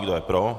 Kdo je pro?